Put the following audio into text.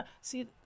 see